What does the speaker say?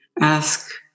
ask